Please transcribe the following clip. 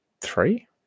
three